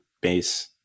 base